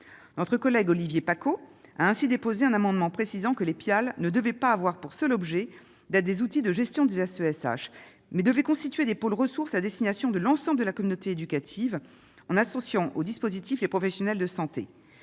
Notre collègue Olivier Paccaud a ainsi présenté un amendement tendant à préciser que les PIAL ne pouvaient pas avoir pour seul objet d'être des outils de gestion des AESH, mais devaient constituer des pôles de ressources à destination de l'ensemble de la communauté éducative, en associant au dispositif les professionnels de santé.